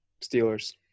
Steelers